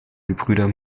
gebrüder